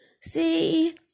See